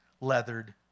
leathered